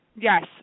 Yes